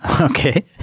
Okay